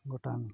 ᱜᱚᱴᱟᱱ